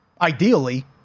Ideally